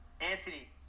Anthony